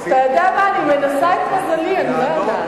אתה יודע מה, אני מנסה את מזלי, אני לא יודעת.